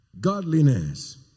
godliness